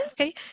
okay